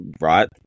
right